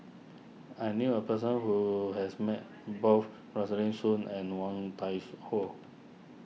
I knew a person who has met both Rosaline Soon and Woon Tai Su Ho